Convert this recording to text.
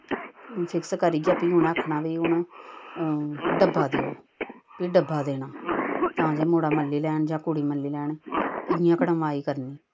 fix करियै भी उ'नें आखना भाई हून डब्बा देओ भी डब्बा देना तां जे मुड़ा मल्ली लैन जां कुड़ी मल्ली लैन इ'यां कड़माई करनी